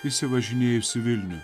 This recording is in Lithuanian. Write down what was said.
išsivažinėjusi vilniuje